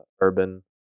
Urban